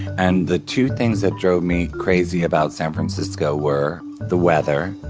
and the two things that drove me crazy about san francisco were the weather,